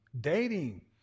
dating